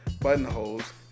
buttonholes